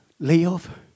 Live